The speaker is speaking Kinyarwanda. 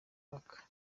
mwaka